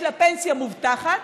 יש לה פנסיה מובטחת,